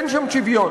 אין שם שוויון.